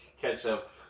ketchup